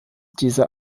dieser